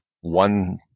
one